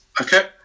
Okay